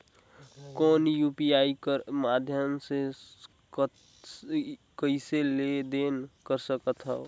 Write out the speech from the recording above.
कौन यू.पी.आई कर माध्यम से कइसे लेन देन कर सकथव?